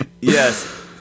Yes